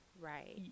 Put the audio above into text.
Right